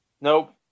Nope